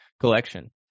collection